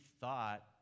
thought